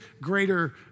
greater